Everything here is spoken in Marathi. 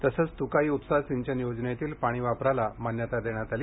तसंच तुकाई उपसा सिंचन योजनेतील पाणी वापराला मान्यता देण्यात आली